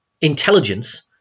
intelligence